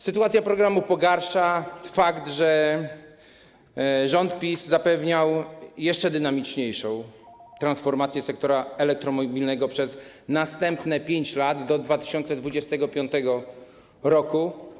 Sytuację pogarsza fakt, że rząd PiS zapewniał jeszcze dynamiczniejszą transformację sektora elektromobilnego przez następne 5 lat, do 2025 r.